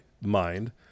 mind